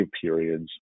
periods